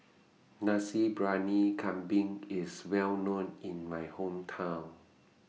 Nasi Briyani Kambing IS Well known in My Hometown